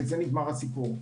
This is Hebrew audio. בזה נגמר הסיפור.